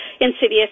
insidious